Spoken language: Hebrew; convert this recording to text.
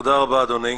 תודה רבה, אדוני.